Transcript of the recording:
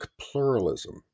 pluralism